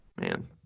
Man